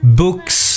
books